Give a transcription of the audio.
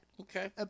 Okay